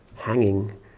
hanging